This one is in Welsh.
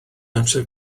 amser